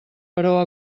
però